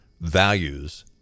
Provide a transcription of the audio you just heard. values